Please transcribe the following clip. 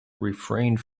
refrained